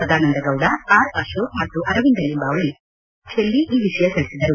Sadananda Gowda R Ashok ಮತ್ತು ಅರವಿಂದ ಲಿಂಬಾವಳಿ ಜಂಟಿ ಸುದ್ದಿಗೋಷ್ಠಿಯಲ್ಲಿ ಈ ವಿಷಯ ತಿಳಿಸಿದರು